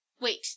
Wait